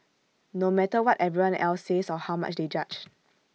no matter what everyone else says or how much they judge